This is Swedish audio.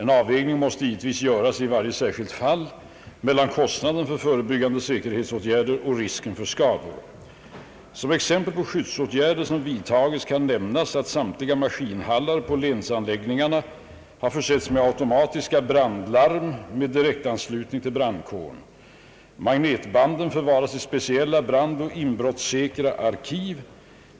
En avvägning måste givetvis göras i varje särskilt fall mellan kostnaden för förebyggande säkerhetsåtgärder och risken för skador. Som exempel på skyddsåtgärder som vidtagits kan nämnas att samtliga ma skinhallar på länsanläggningarna har försetts med automatiska brandlarm med direktanslutning till brandkåren. Magnetbanden förvaras i speciella, brandoch inbrottssäkra arkiv.